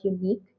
unique